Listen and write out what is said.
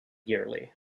yearly